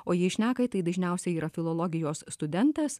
o jei šnekai tai dažniausiai yra filologijos studentas